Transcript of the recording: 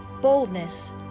boldness